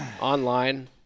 Online